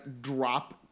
drop